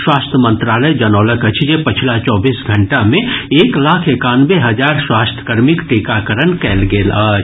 स्वास्थ्य मंत्रालय जनौलक अछि जे पछिला चौबीस घंटा मे एक लाख एकानवे हजार स्वास्थ्यकर्मीक टीकाकरण कयल गेल अछि